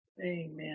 Amen